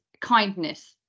kindness